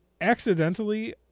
accidentally